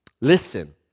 Listen